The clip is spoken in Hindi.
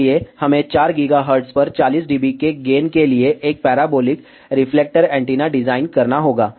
इसलिए हमें 4 GHz पर 40 डीबी के गेन के लिए एक पैराबोलिक रिफ्लेक्टर एंटीना डिजाइन करना होगा